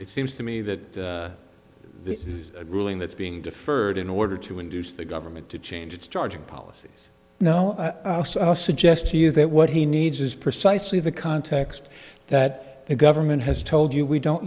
it seems to me that this is a ruling that's being deferred in order to induce the government to change its charging policies now suggest to you that what he needs is precisely the context that the government has told you we don't